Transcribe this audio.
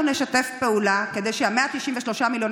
אנחנו נשתף פעולה כדי ש-193 מיליון